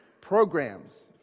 programs